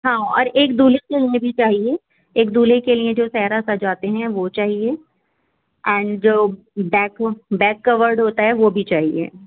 ہاں اور ایک دُلہے کے لئے بھی چاہیے ایک دُلہے کے لئے جو سہرا سجاتے ہیں وہ چاہیے اینڈ جو بیک بیک کورڈ ہوتا ہے وہ بھی چاہیے